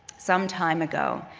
some time ago,